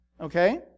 okay